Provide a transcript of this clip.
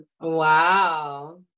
Wow